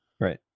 right